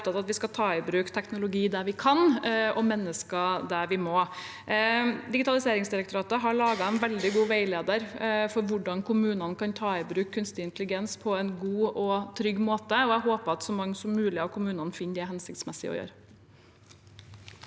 vi skal ta i bruk teknologi der vi kan, og mennesker der vi må. Digitaliseringsdirektoratet har laget en veldig god veileder for hvordan kommunene kan ta i bruk kunstig intelligens på en god og trygg måte. Jeg håper at så mange som mulig av kommunene finner det hensiktsmessig å gjøre.